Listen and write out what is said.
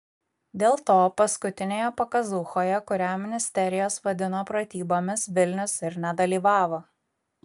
dėl to paskutinėje pakazūchoje kurią ministerijos vadino pratybomis vilnius ir nedalyvavo